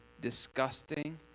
disgusting